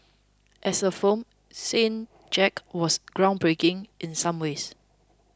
as a film Saint Jack was groundbreaking in some ways